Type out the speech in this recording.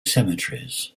cemeteries